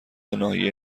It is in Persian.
ناحیه